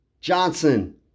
Johnson